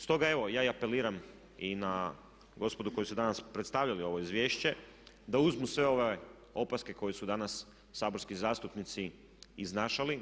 Stoga evo, ja i apeliram i na gospodu koji su danas predstavljali ovo izvješće da uzmu sve ove opaske koje su danas saborski zastupnici iznašali.